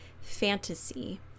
fantasy